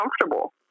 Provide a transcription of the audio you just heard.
comfortable